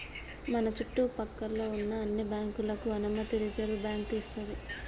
మన చుట్టు పక్కల్లో ఉన్న అన్ని బ్యాంకులకు అనుమతి రిజర్వుబ్యాంకు ఇస్తది